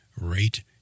rate